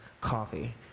coffee